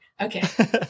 okay